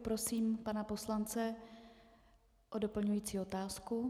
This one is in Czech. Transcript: Poprosím pana poslance o doplňující otázku.